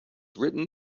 written